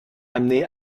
amenés